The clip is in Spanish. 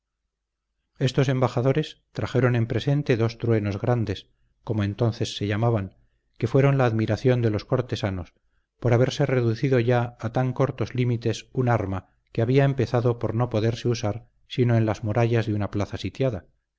estos embajadores trajeron en presente dos truenos grandes como entonces se llamaban que fueron la admiración de los cortesanos por haberse reducido ya a tan cortos límites un arma que había empezado por no poderse usar sino en las murallas de una plaza sitiada